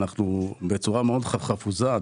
אנחנו בצורה מאוד חפוזה,